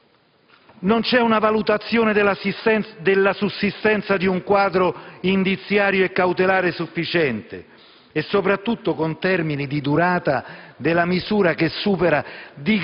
non c'è una valutazione della sussistenza di un quadro indiziario e cautelare sufficiente, e soprattutto i termini di durata della misura superano